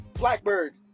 Blackbird